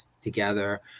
together